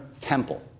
temple